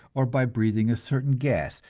or by breathing a certain gas,